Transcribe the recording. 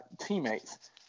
teammates